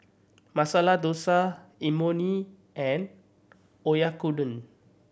Masala Dosa Imoni and Oyakodon